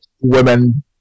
women